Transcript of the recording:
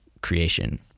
creation